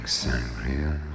sangria